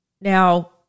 Now